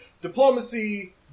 Diplomacy